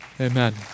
Amen